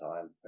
time